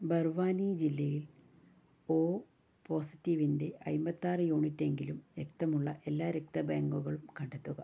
ബർവാനി ജില്ലയിൽ ഒ പോസിറ്റീവിന്റെ അൻപത്തി ആറ് യൂണിറ്റ് എങ്കിലും രക്തമുള്ള എല്ലാ രക്തബാങ്കുകളും കണ്ടെത്തുക